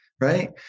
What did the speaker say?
right